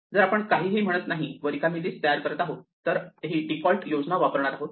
जर आपण काहीही म्हणत नाहीत व रिकामी लिस्ट तयार करत आहोत तर आपण ही डिफॉल्ट योजना वापरणार आहोत